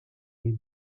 him